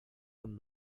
them